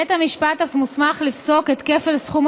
בית המשפט אף מוסמך לפסוק את כפל סכום